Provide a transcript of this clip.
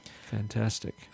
Fantastic